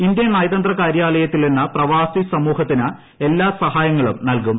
Indian നയതന്ത്ര കാര്യാലയത്തിൽ നിന്ന് പ്രവാസി സമൂഹത്തിന് എല്ലാ സഹായങ്ങളും നൽകും